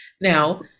Now